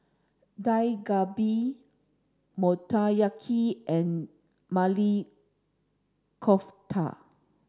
Dak Galbi Motoyaki and Maili Kofta